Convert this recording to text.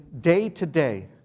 day-to-day